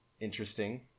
interesting